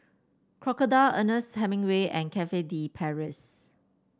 Crocodile Ernest Hemingway and Cafe De Paris